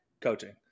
coaching